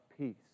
peace